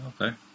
okay